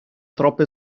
troppe